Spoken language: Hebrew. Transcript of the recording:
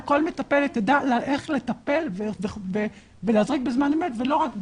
מטפלת תדע איך לטפל ולהזריק בזמן אמת ולא רק בזום.